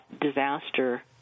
disaster